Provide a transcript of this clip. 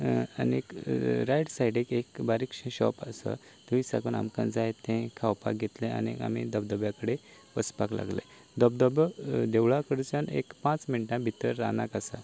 आनी रायट सायडीक एक बारीकशें शॉप आसा थंय साकून आमकां जाय तें खावपाक घेतलें आनी आमी धबधब्या कडेन वचपाक लागले धबधबो देवळा कडसावन एक पांच मिण्टां भितर रानांत आसा